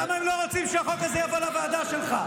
למה הם לא רוצים שהחוק הזה יבוא לוועדה שלך?